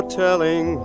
telling